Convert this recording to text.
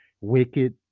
wicked